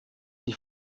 die